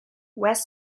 wes